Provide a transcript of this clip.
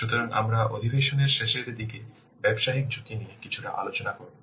সুতরাং আমরা অধিবেশনের শেষের দিকে ব্যবসায়িক ঝুঁকি নিয়ে কিছুটা আলোচনা করব